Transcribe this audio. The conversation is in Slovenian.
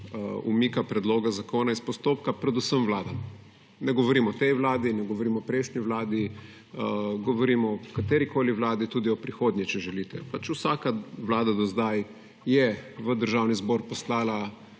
umika predloga zakona iz postopka? Predvsem vladam. Ne govorim o tej vladi, ne govorim o prejšnji vladi, govorim o katerikoli vladi, tudi o prihodnji, če želite. Vsaka vlada do zdaj je v Državni zbor poslala